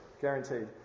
guaranteed